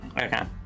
Okay